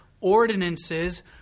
ordinances